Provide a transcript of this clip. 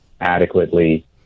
adequately